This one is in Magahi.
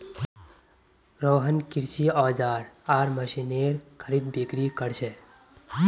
रोहन कृषि औजार आर मशीनेर खरीदबिक्री कर छे